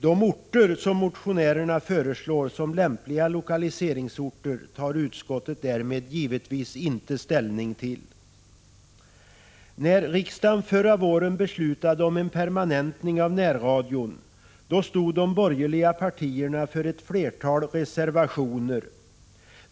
De orter som motionärerna föreslår som lämpliga lokaliseringsorter tar utskottet därmed givetvis inte ställning till. När riksdagen förra våren beslutade om en permanentning av närradion stod de borgerliga partierna för ett flertal reservationer.